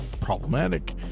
problematic